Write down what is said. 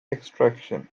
extraction